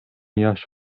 yaş